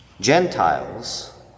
Gentiles